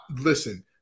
Listen